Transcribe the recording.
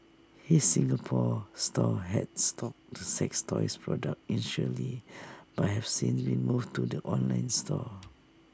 his Singapore store had stocked the sex toys products initially but have since been moved to the online store